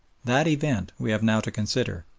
that event we have now to consider,